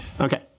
okay